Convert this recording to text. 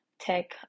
tech